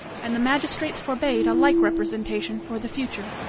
and the magistrates forbade a like representation for the future.